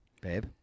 Babe